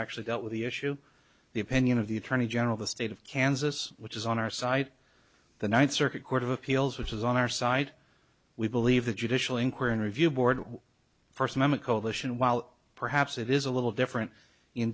actually dealt with the issue the opinion of the attorney general the state of kansas which is on our site the ninth circuit court of appeals which is on our side we believe the judicial inquiry and review board first mema coalition while perhaps it is a little different in